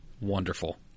wonderful